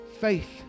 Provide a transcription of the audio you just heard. Faith